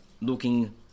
Looking